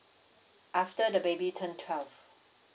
after the baby turn twelve